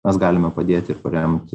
mes galime padėti ir paremt